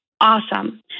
Awesome